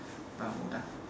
bermuda